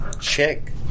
check